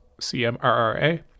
CMRRA